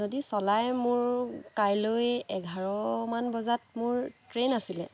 যদি চলাই মোৰ কাইলৈ এঘাৰমান বজাত মোৰ ট্ৰেইন আছিল